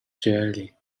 jelly